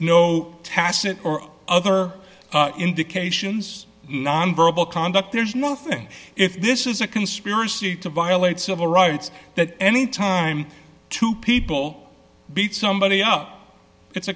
no tacit or other indications nonverbal conduct there's nothing if this is a conspiracy to violate civil rights that any time two people beat somebody up it's a